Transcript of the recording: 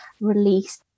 release